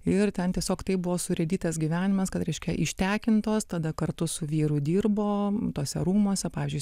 ir ten tiesiog taip buvo surėdytas gyvenimas kad reiškia ištekintos tada kartu su vyru dirbo tuose rūmuose pavyzdžiui